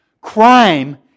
Crime